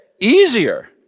easier